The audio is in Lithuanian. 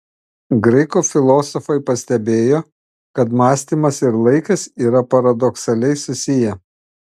graikų filosofai pastebėjo kad mąstymas ir laikas yra paradoksaliai susiję